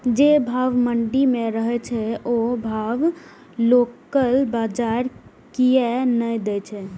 जे भाव मंडी में रहे छै ओ भाव लोकल बजार कीयेक ने दै छै?